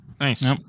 nice